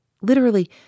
Literally